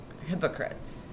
hypocrites